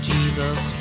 Jesus